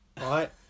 Right